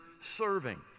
serving